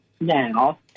now